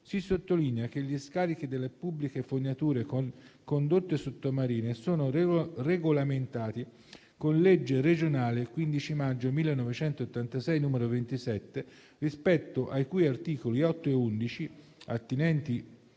si sottolinea che gli scarichi delle pubbliche fognature con condotte sottomarine sono regolamentati con legge regionale 15 maggio 1986, n. 27, rispetto ai cui articoli 8 e 11, attinenti